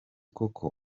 koko